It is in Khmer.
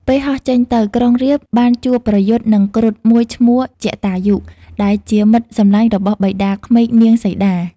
ពេលហោះចេញទៅ ក្រុងរាពណ៍បានជួបប្រយុទ្ធនឹងគ្រុឌមួយឈ្មោះ ជតាយុ ដែលជាមិត្តសម្លាញ់របស់បិតាក្មេកនាងសីតា។